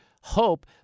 hope